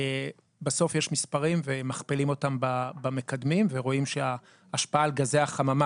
בסוף יש מספרים ומכפילים אותם במקדמים ורואים שההשפעה על גזי החממה,